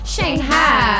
Shanghai